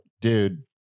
Dude